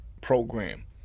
program